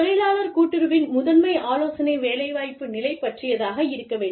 தொழிலாளர் கூட்டுறவின் முதன்மை ஆலோசனை வேலைவாய்ப்பு நிலை பற்றியதாக இருக்க வேண்டும்